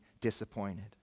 disappointed